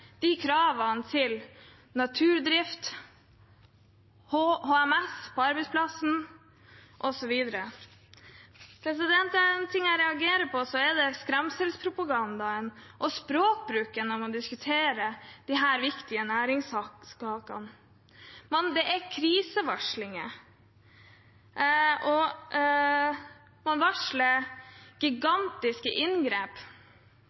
de ressursene fra andre land som ikke opprettholder kravene til naturdrift, HMS på arbeidsplassen, osv. Er det én ting jeg reagerer på, er det skremselspropagandaen og språkbruken når man diskuterer disse viktige næringssakene. Det er krisevarslinger, og man varsler